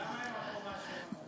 אז למה הם אמרו מה שהם אמרו?